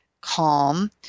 calm